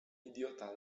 idiota